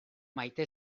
maite